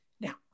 Now